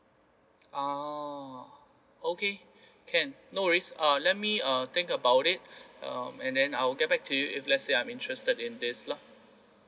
oh okay can no worries err let me uh think about it um and then I'll get back to you if let's say I'm interested in this lah